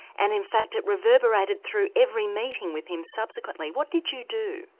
and in fact it reverberated through every meeting with him subsequently. what did you do?